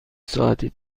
ساعتی